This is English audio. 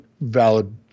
valid